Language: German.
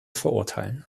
verurteilen